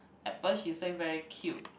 at first she say very cute